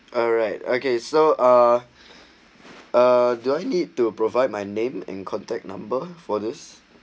alright okay so uh uh do I need to provide my name and contact number for this